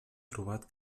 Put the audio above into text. trobat